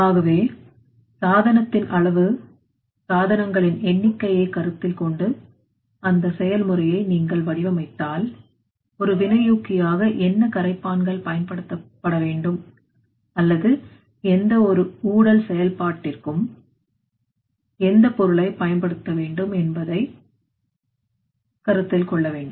ஆகவே சாதனத்தின் அளவு சாதனங்களின் எண்ணிக்கையை கருத்தில் கொண்டு அந்த செயல்முறையை நீங்கள் வடிவமைத்தால் ஒரு வினையூக்கியாக என்ன கரைப்பான்கள்பயன்படுத்தப்பட வேண்டும் அல்லது எந்த ஒரு உடல் செயல்பாட்டிற்கும் எந்த பொருளை பயன்படுத்த வேண்டும் என்பதை வேண்டும் கருத்தில் கொள்ள வேண்டும்